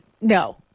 no